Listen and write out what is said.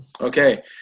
Okay